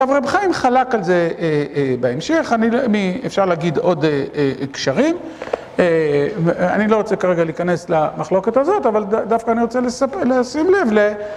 ר' חיים חלק על זה בהמשך, אני.. אפשר להגיד עוד קשרים. אני לא רוצה כרגע להיכנס למחלוקת הזאת, אבל דווקא אני רוצה לשים לב ל..